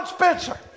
Spencer